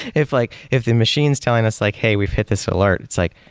if like if the machine is telling us like, hey, we've hit this alerts. it's like,